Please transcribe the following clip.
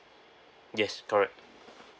yes correct